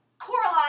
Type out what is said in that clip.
Coraline